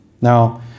Now